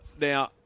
Now